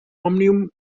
òmnium